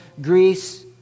Greece